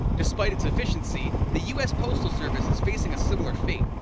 despite its efficiency, the u s. postal service is facing a similar fate.